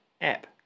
app